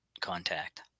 contact